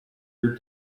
your